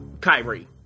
Kyrie